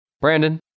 Brandon